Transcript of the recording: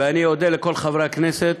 ואני אודה לכל חברי הכנסת